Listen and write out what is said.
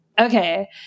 okay